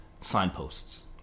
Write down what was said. signposts